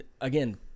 again